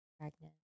Pregnant